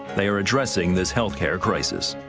they are addressing this healhcare crisis.